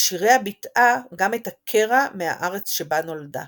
בשיריה ביטאה גם את הקרע מהארץ שבה נולדה